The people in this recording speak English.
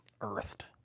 earthed